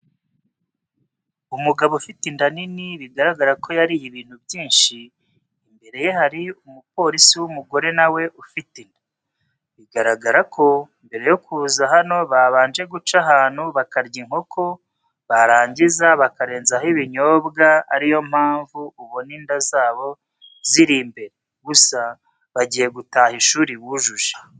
Umugabo ufite inda nini bigaragara ko yariye ibintu byinshi, imbere ye hari umupolisi w'umugore nawe ufite inda. Biragaragara ko mbere yo kuza hano babanje guca ahantu bakarya inkoko, barangiza bakarenzaho ibinyobwa ariyo mpamvu ubona inda zabo ziri imbere. Gusa bagiye gutaha ishuri bujuje.